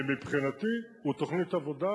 ומבחינתי הוא תוכנית עבודה.